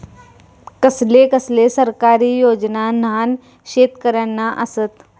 कसले कसले सरकारी योजना न्हान शेतकऱ्यांना आसत?